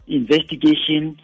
investigation